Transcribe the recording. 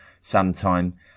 sometime